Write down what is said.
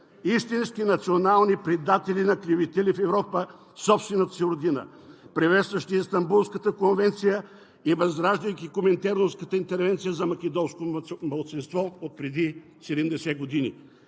Истински национални предатели, наклеветили в Европа собствената си родина, приветстващи Истанбулската конвенция и възраждайки коминтерновската интервенция за македонско малцинство отпреди 70 години.